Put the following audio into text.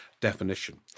definition